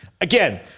again